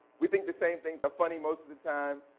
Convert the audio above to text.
we think the same things are funny most of the time.